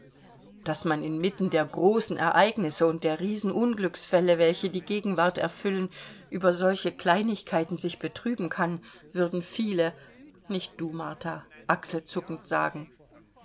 daß man inmitten der großen ereignisse und der riesenunglücksfälle welche die gegenwart erfüllen über solche kleinigkeiten sich betrüben kann würden viele nicht du martha achselzuckend sagen